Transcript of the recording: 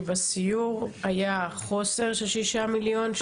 בסיור הציגו לנו חוסר של שישה מיליון.